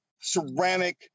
ceramic